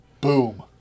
Boom